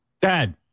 Dad